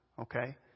Okay